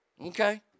Okay